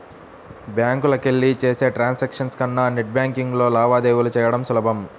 బ్యాంకులకెళ్ళి చేసే ట్రాన్సాక్షన్స్ కన్నా నెట్ బ్యేన్కింగ్లో లావాదేవీలు చెయ్యడం సులభం